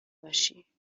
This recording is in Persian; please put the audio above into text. باشی